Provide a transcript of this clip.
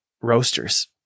roasters